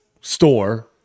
store